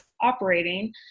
operating